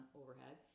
overhead